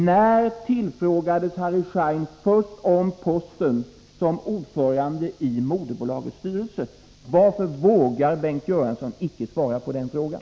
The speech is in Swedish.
När tillfrågades Harry Schein först om posten som ordförande i moderbolagets styrelse? Varför vågar Bengt Göransson icke svara på den frågan?